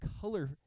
color